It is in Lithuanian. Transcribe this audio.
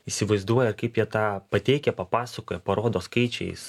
įsivaizduoja kaip jie tą pateikia papasakoja parodo skaičiais